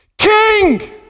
King